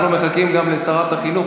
אנחנו מחכים גם לשרת החינוך,